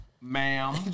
ma'am